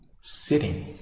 sitting